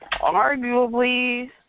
arguably